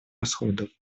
расходов